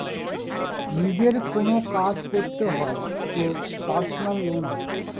নিজের কোনো কাজ করতে হয় তো পার্সোনাল লোন হয়